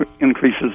increases